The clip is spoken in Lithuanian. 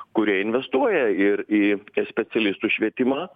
kurie investuoja ir į specialistų švietimą